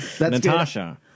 Natasha